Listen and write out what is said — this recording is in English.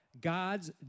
God's